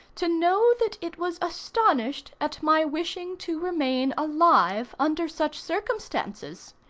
to know that it was astonished at my wishing to remain alive under such circumstances.